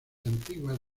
antiguas